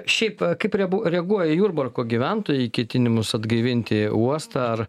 šiaip kaip riebu reaguoja jurbarko gyventojai į ketinimus atgaivinti uostą ar